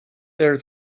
there